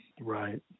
right